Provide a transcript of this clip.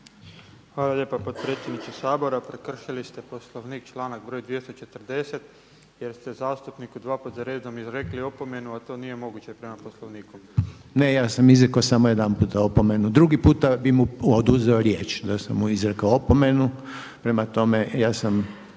Hvala lijepa potpredsjedniče Sabora. Prekršili ste Poslovnik članak br. 240. jer ste zastupniku dva puta za redom izrekli opomenu, a to nije moguće prema Poslovniku. **Reiner, Željko (HDZ)** Ne ja sam izrekao samo jedanputa opomenu. Drugi puta bi mu oduzeo riječ da sam mu izrekao opomenu. Prema tome, ja sam,